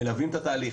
מלווים את התהליך,